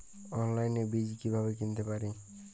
অনলাইনে বীজ কীভাবে কিনতে পারি?